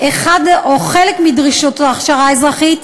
חלק מדרישותיה של הכשרה אזרחית,